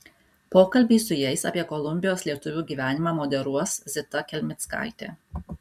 pokalbį su jais apie kolumbijos lietuvių gyvenimą moderuos zita kelmickaitė